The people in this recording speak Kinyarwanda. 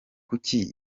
kuki